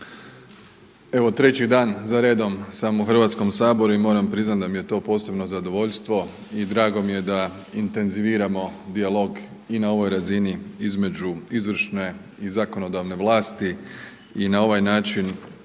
Evo treći dan zaredom sam u Hrvatskom saboru i moram priznati da mi je to posebno zadovoljstvo i drago mi je da intenziviramo dijalog i na ovoj razini između izvršne i zakonodavne vlasti i na ovaj način